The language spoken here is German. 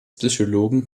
psychologen